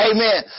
Amen